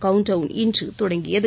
countdown இன்று தொடங்கியது